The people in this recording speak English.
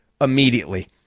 immediately